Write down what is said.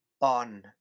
on